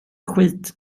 skit